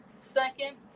second